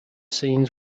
scenes